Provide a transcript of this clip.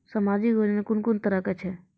समाजिक योजना कून कून तरहक छै?